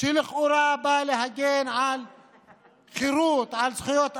שלכאורה בא להגן על חירות, על זכויות אדם,